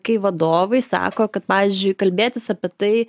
kai vadovai sako kad pavyzdžiui kalbėtis apie tai